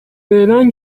فعلا